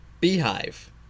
beehive